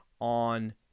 on